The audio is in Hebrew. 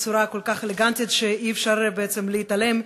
בצורה כל כך אלגנטית שאי-אפשר בעצם להתעלם.